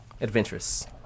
adventurous